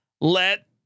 let